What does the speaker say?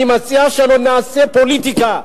אני מציע שלא נעשה פוליטיקה.